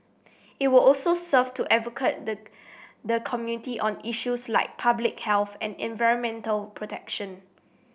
it will also serve to advocate the the community on issues like public health and environmental protection